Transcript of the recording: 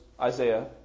Isaiah